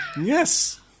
yes